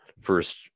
first